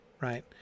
right